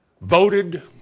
voted